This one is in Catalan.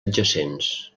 adjacents